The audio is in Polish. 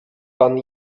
pan